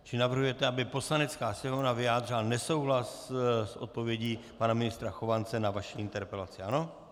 Čili navrhujete, aby Poslanecká sněmovna vyjádřila nesouhlas s odpovědí pana ministra Chovance na vaši interpelaci, ano?